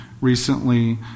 recently